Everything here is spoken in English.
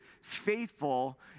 faithful